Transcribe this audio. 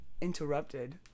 interrupted